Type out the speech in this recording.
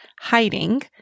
hiding